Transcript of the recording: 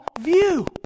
view